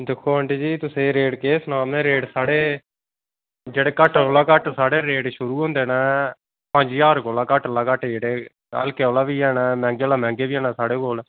दिक्खो ऑंदी जी तुसें ई रेट केह् सनांऽ में रेट साढ़े जेह्ड़े घट्ट कोला घट्ट रेट साढ़े शुरू होंदे न पंज ज्हार घट्ट कोला घट्ट जेह्ड़े हल्के आह्ले बी हैन ते मैहंगे कोला मैहंगे बी हैन साढ़े कोल